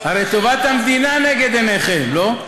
הרי טובת המדינה נגד עיניכם, לא?